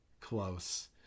close